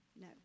No